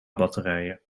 batterijen